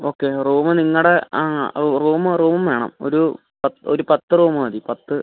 okay room നിങ്ങളുടെ ആ room room വേണം ഒരു പ ഒരു പത്ത് റൂമ് മതി പത്ത്